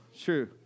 True